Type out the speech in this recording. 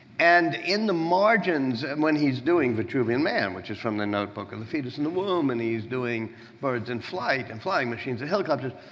and in the margins, when he's doing vitruvian man, which is from the notebook on the fetus in the womb and he's doing birds in flight and flying machines and helicopters,